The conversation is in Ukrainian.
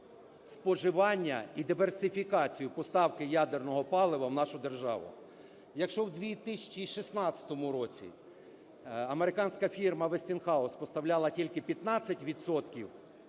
споживання і диверсифікацію поставки ядерного палива в нашу державу. Якщо в 2016 році американська фірма Westinghouse поставляла тільки 15